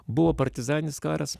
buvo partizaninis karas